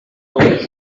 doors